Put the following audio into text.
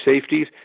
safeties